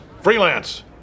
Freelance